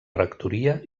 rectoria